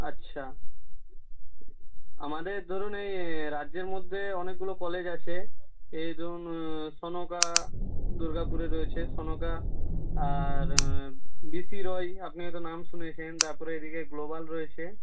আচ্ছা আমাদের ধরুন এই রাজ্যের মধ্যে অনেকগুলো কলেজ আছে এই ধরুন সনকা দুর্গাপুরে রয়েছে সনকা আর বি সি রয় আপনি হয়তো নাম শুনেছেন তারপর এইদিকে গ্লোবাল রয়েছে